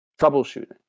troubleshooting